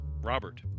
robert